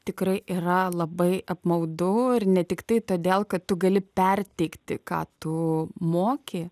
tikrai yra labai apmaudu ir ne tiktai todėl kad tu gali perteikti ką tu moki